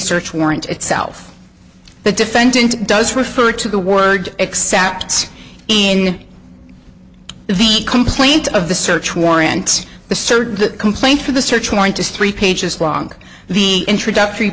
search warrant itself the defendant does refer to the word except in the complaint of the search warrant the complaint for the search warrant is three pages long the introductory